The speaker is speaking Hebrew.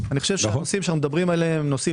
אני חושב שהנושאים שאנו מדברים עליהם הם נושאים